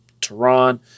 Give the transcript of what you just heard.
Tehran